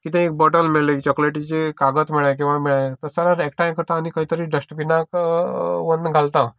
कितेंय बोटल मेळली चोकलेटिचें कागद मेळलें किंवा तें मेवळें तें सगळें एकठांय करता आनी खंयतरी डस्टबिनाक व्होरन घालतां हांव